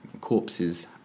corpses